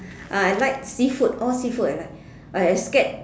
ah I like seafood all seafood I like I scared